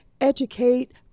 educate